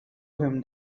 him